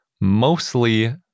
mostly